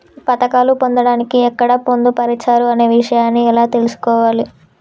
ఈ పథకాలు పొందడానికి ఎక్కడ పొందుపరిచారు అనే విషయాన్ని ఎలా తెలుసుకోవాలి?